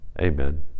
Amen